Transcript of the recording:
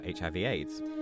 HIV-AIDS